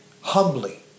Humbly